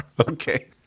Okay